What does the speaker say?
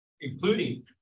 including